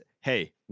Hey